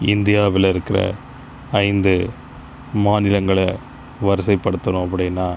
இந்தியாவிள் இருக்க ஐந்து மாநிலங்களை வரிசைபடுத்துகிறோம் அப்படினா